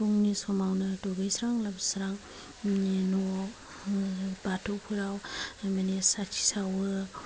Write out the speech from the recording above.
फुंनि समावनो दुगैस्रां लोबस्रां गावनि न'आव बाथौफ्राव न'नि साथि सावो